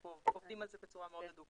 אנחנו עובדים על זה בצורה מאוד הדוקה.